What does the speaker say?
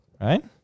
right